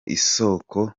isoko